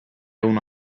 uno